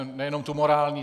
Nejenom tu morální.